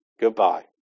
Goodbye